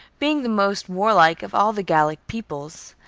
being the most warlike of all the gallic peoples,